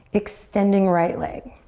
extending right leg.